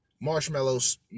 marshmallows